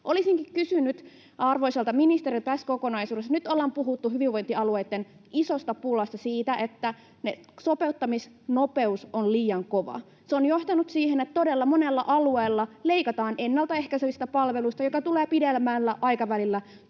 Olisinkin kysynyt arvoisalta ministeriltä tässä kokonaisuudessa: Nyt ollaan puhuttu hyvinvointialueitten isosta pulasta, siitä, että sopeuttamisnopeus on liian kova. Se on johtanut siihen, että todella monella alueella leikataan ennaltaehkäisevistä palveluista, mikä tulee pidemmällä aikavälillä